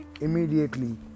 immediately